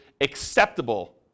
acceptable